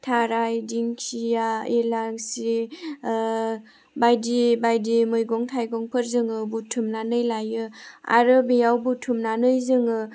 थाराय दिंखिया इलांसि बायदि बायदि मैगं थाइगंफोरजों जोङो बुथुमनानै लायो आरो बेयाव बुथुमनानै जोङो